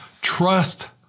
Trust